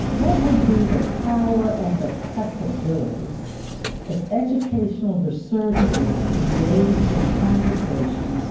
what would be the power and the possibilities if educational researchers engaged in conversations